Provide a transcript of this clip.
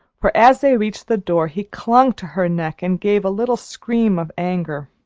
for as they reached the door he clung to her neck and gave a little scream of anger.